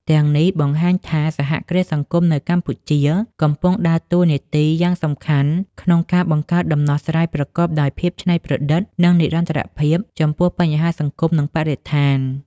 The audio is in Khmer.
ទាំងនេះបង្ហាញថា សហគ្រាសសង្គមនៅកម្ពុជាកំពុងដើរតួនាទីយ៉ាងសំខាន់ក្នុងការបង្កើតដំណោះស្រាយប្រកបដោយភាពច្នៃប្រឌិត និងនិរន្តរភាពចំពោះបញ្ហាសង្គម និងបរិស្ថាន ។